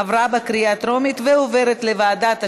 גם היא עוברת לוועדת הרפורמות.